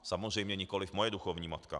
Samozřejmě nikoliv moje duchovní matka.